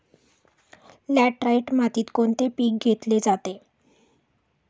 Laterite मातीत कोणते पीक घेतले जाते?